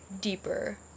deeper